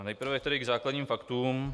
Nejprve tedy k základním faktům.